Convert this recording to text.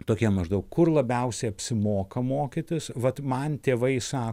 tokie maždaug kur labiausiai apsimoka mokytis vat man tėvai sa